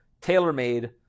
tailor-made